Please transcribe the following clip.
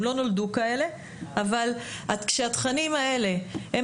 הם לא נולדו כאלה אבל כשהתכנים האלה הם